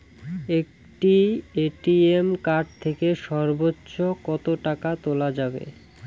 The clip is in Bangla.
একটি এ.টি.এম কার্ড থেকে সর্বোচ্চ কত টাকা তোলা যাবে?